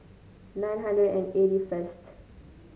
nine hundred and eighty first